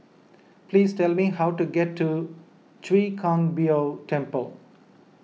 please tell me how to get to Chwee Kang Beo Temple